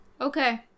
Okay